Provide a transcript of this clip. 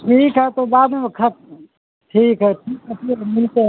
ٹھیک ہے تو بعد میں ٹھیک ہے ملتے ہیں